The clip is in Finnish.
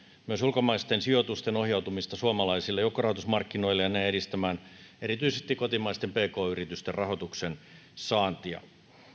myös ulkomaisten sijoitusten ohjautumista suomalaisille joukkorahoitusmarkkinoille ja näin edistämään erityisesti kotimaisten pk yritysten rahoituksen saantia